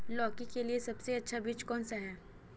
लौकी के लिए सबसे अच्छा बीज कौन सा है?